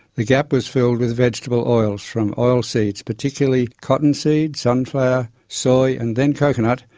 the gap was filled with vegetable oils, from oil seeds, particularly cotton-seed, sunflower, soy, and then coconut,